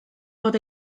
bod